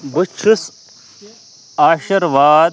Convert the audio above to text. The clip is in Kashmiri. بہٕ چھُس آشِرواد